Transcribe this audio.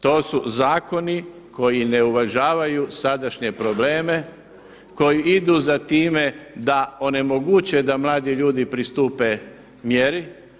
To su zakoni koji ne uvažavaju sadašnje probleme, koji idu za time da onemoguće da mladi ljudi pristupe mjeri.